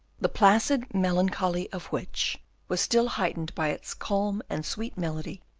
the placid melancholy of which was still heightened by its calm and sweet melody,